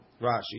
Rashi